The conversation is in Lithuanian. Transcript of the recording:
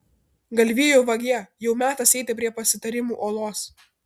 galvijų vagie jau metas eiti prie pasitarimų uolos